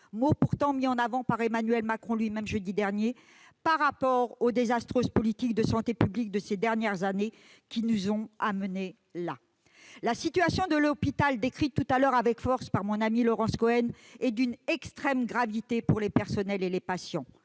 mot pourtant mis en avant par Emmanuel Macron lui-même, jeudi dernier -avec les désastreuses politiques de santé publique de ces dernières années, qui nous ont amenés là où nous en sommes aujourd'hui. La situation de l'hôpital dénoncée tout à l'heure avec force par mon amie Laurence Cohen est d'une extrême gravité pour les personnels et les patients.